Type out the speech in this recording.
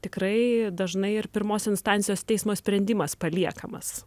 tikrai dažnai ir pirmos instancijos teismo sprendimas paliekamas